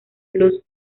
blues